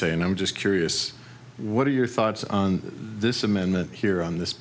say and i'm just curious what are your thoughts on this amendment here on this